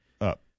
Up